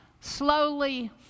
slowly